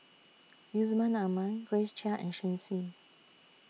Yusman Aman Grace Chia and Shen Xi